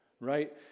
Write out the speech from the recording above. right